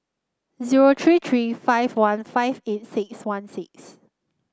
zero three three five one five eight six one six